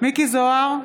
מכלוף מיקי זוהר,